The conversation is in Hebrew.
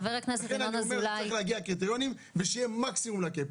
לכן אני אומר שצריך להגיע לקריטריונים ושיהיה מקסימום לקאפ,